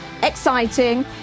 Exciting